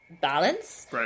balance